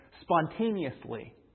spontaneously